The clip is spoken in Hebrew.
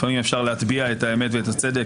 לפעמים אפשר להטביע את האמת ואת הצדק